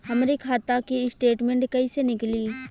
हमरे खाता के स्टेटमेंट कइसे निकली?